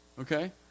Okay